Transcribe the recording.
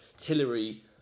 Hillary